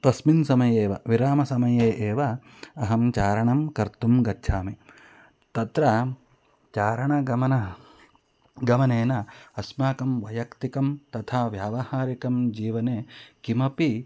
तस्मिन् समये एव विरामसमये एव अहं चारणं कर्तुं गच्छामि तत्र चारणगमने गमनेन अस्माकं वैयक्तिकं तथा व्यावहारिकं जीवने किमपि